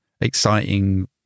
exciting